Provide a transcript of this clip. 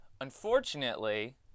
Unfortunately